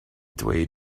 dweud